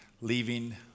leaving